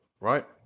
right